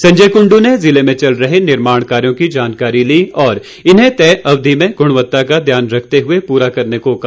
संजय कुंडू ने जिले में चल रहे निर्माण कार्यों की जानकारी ली और इन्हें तय अवधि में गुणवत्ता का ध्यान रखते हुए पूरा करने को कहा